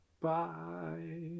Bye